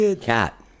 cat